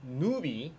newbie